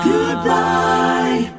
Goodbye